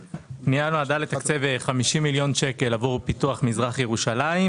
נועדה לתקצב 50 מיליון שקל עבור פיתוח מזרח ירושלים,